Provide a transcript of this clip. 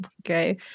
Okay